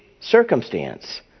circumstance